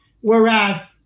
Whereas